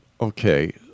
Okay